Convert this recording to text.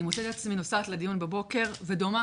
אני מוצאת את עצמי נוסעת לדיון בבוקר ודומעת.